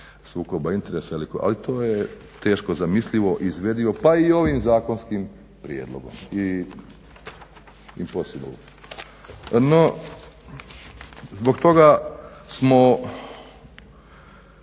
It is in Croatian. sukoba interesa ali to je teško zamislivo i izvedivo pa i ovim zakonskim prijedlogom, impossible. No zbog toga smo